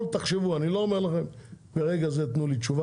תחשבו על הכל, אני לא אומר לכם לתת לי תשובה